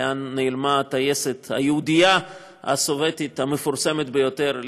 לאן נעלמה הטייסת היהודייה הסובייטית המפורסמת ביותר,